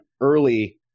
early